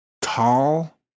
tall